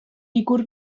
ikur